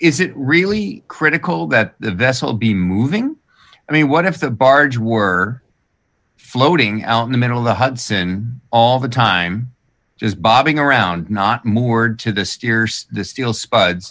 is it really critical that the vessel be moving i mean what if the barge were floating out in the middle of the hudson all the time is bobbing around not more to the steel sp